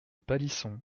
palisson